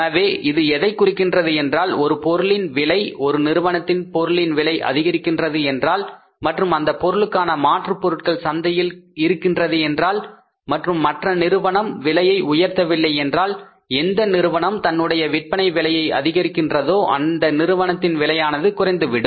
எனவே இது எதைக் குறிக்கிறது என்றால் ஒரு பொருளின் விலை ஒரு நிறுவனத்தின் பொருளின் விலை அதிகரிக்கின்றது என்றால் மற்றும் அந்த பொருளுக்கான மாற்றுப்பொருள் சந்தையில் இருக்கின்றது என்றால் மற்றும் மற்ற நிறுவனம் விலையை உயர்த்தவில்லை என்றால் எந்த நிறுவனம் தன்னுடைய விற்பனை விலையை அதிகரிக்கிறதோ அந்த நிறுவனத்தின் விற்பனையானது குறைந்துவிடும்